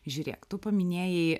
žiūrėk tu paminėjai